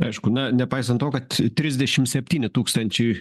aišku na nepaisant to kad trisdešim septyni tūkstančiai